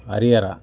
Harihara